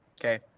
Okay